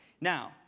Now